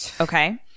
Okay